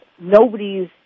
Nobody's